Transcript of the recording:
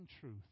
truth